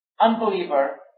unbeliever